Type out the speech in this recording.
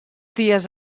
dies